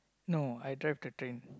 no I drive the train